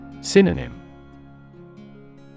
Synonym